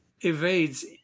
evades